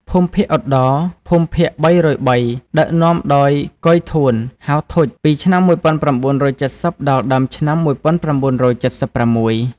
ភូមិភាគឧត្តរ (ភូមិភាគ ៣០៣) ដឹកនាំ ដោយ កុយ ធួន ហៅ ធុច ពីឆ្នាំ១៩៧០ដល់ ដើមឆ្នាំ១៩៧៦។